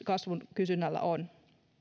kysynnän kasvulla on